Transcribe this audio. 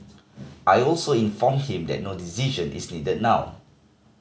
I also informed him that no decision is needed now